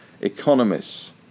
economists